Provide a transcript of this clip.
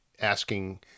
asking